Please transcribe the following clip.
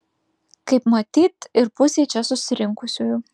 kaip matyt ir pusei čia susirinkusiųjų